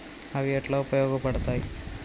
అవి ఎట్లా ఉపయోగ పడతాయి?